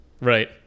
right